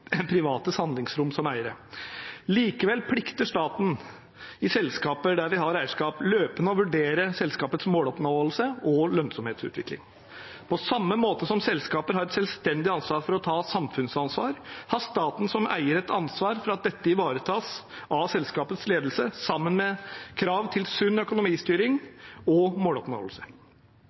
privates handlingsrom som eiere. Likevel plikter staten i selskaper der de har eierskap, løpende å vurdere selskapets måloppnåelse og lønnsomhetsutvikling. På samme måte som selskaper har et selvstendig ansvar for å ta samfunnsansvar, har staten som eier et ansvar for at dette ivaretas av selskapets ledelse, sammen med krav til sunn økonomistyring og måloppnåelse.